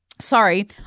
Sorry